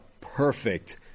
perfect